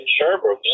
Sherbrooke